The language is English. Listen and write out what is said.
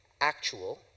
actual